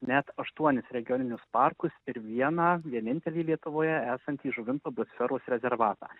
net aštuonis regioninius parkus ir vieną vienintelį lietuvoje esantį žuvinto biosferos rezervatą